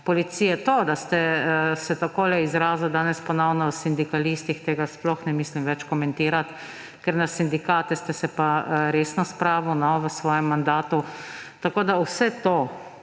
policije. Tega, da ste se takole izrazili danes ponovno o sindikalistih, tega sploh ne mislim več komentirati, ker na sindikate ste se pa resno spravili v svojem mandatu. Vse to,